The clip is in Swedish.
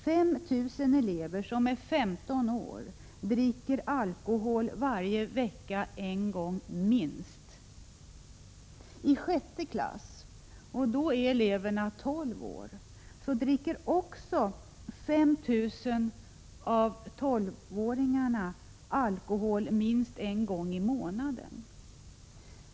5 000 elever som är 15 år dricker alkohol varje vecka en gång, minst. I sjätte klass, då eleverna är 12 år, dricker 5 000 av dessa tolvåringar alkohol minst en gång i månaden.